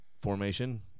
formation